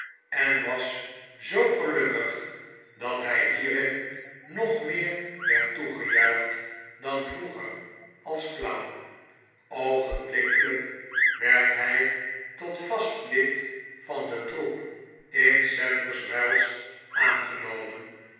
en was zoo gelukkig dat hij liierin nog meer werd toegejuicht dan vroeger als clown oogenblikkelijk werd hij tot vast lid van den troep in sadlers wells aangenomen